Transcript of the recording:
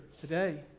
today